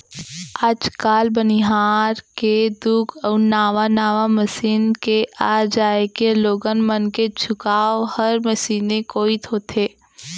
आज काल बनिहार के दुख अउ नावा नावा मसीन के आ जाए के लोगन मन के झुकाव हर मसीने कोइत होथे